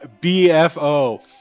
BFO